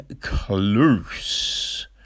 close